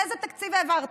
איזה תקציב העברתם?